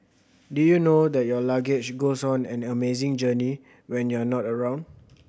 did you know that your luggage goes on an amazing journey when you're not around